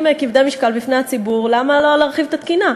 כבדי משקל בפני הציבור למה לא תורחב התקינה,